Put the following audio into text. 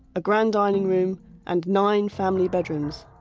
a grand dining room and nine family bedrooms.